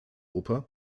oper